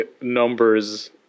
numbers